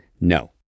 No